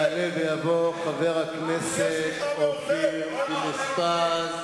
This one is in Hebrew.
יעלה ויבוא חבר הכנסת אופיר פינס-פז,